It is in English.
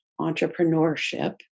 entrepreneurship